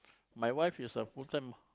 my wife is a full time